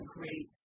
great